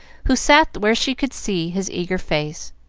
who sat where she could see his eager face.